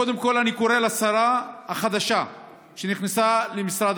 קודם כול אני קורא לשרה החדשה שנכנסה למשרד